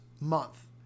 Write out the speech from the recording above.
month